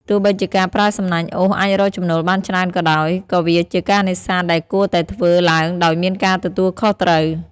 ទោះបីជាការប្រើសំណាញ់អូសអាចរកចំណូលបានច្រើនក៏ដោយ ក៏វាជាការនេសាទដែលគួរតែធ្វើឡើងដោយមានការទទួលខុសត្រូវ។